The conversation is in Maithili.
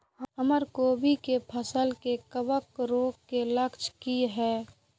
हमर कोबी के फसल में कवक रोग के लक्षण की हय?